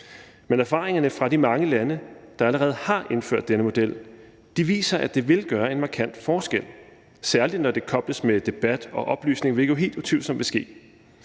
men erfaringerne fra de mange lande, der allerede har indført denne model, viser, at det vil gøre en markant forskel – særlig når det kobles med debat og oplysning, hvilket jo helt utvivlsomt vil ske.